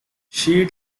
she